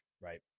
right